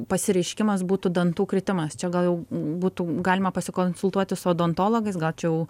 pasireiškimas būtų dantų kritimas čia gal jau būtų galima pasikonsultuoti su odontologais gal čia jau